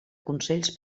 consells